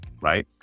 right